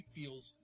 feels